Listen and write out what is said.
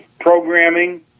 programming